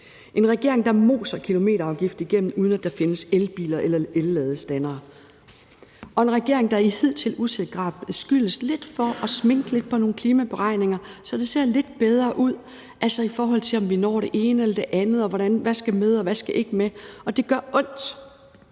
en regering, der moser en kilometerafgift igennem, uden at der findes elbiler eller elladestandere. Og vi står med en regering, der i hidtil uset grad beskyldes for at sminke lidt på nogle klimaberegninger, så det ser lidt bedre ud, altså i forhold til om vi når det ene eller det andet, hvad der skal med, og hvad der ikke skal med. Og det gør ondt.